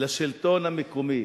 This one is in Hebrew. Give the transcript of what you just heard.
לשלטון המקומי